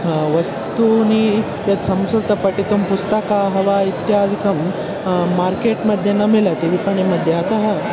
हा वस्तूनि तत् संस्कृतं पठितुं पुस्तकाः व इत्यादिकं मार्केट् मध्ये न मिलति विपणि मध्ये अतः